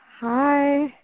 Hi